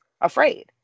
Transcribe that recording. afraid